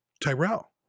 Tyrell